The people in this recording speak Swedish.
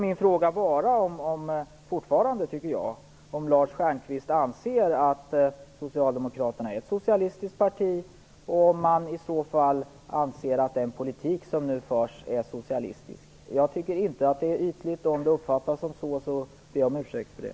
Min fråga är alltså fortfarande om Lars Stjernkvist anser att Socialdemokraterna är ett socialistiskt parti och om han i så fall anser att den politik som nu förs är socialistisk. Jag tycker inte att det är ytligt; om det uppfattas så ber jag om ursäkt för det.